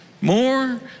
More